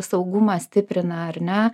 saugumą stiprina ar ne